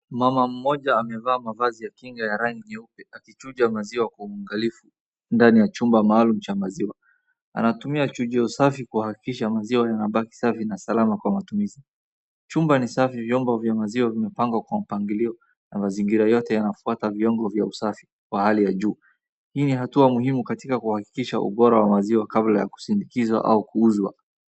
Mama mmoja amevaa mavazi ya kinga ya rangi nyeupe akichuja maziwa kwa uangalifu ndani ya chumba maalum cha maziwa. Anatumia chujio safi kuhakikisha maziwa yanabaki safi na salama kwa matumizi. Chumba ni safi, vyombo vya maziwa vimepangwa kwa mpangilio na mazingira yote yanafuta viwango vya usafi ya hali ya juu. Hii ni hatua muhimu katika kuhakikisha ubora wa maziwa kabla ya kusindikiza au kuuza.